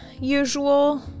usual